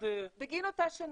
בגין אותה שנה.